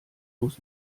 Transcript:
muss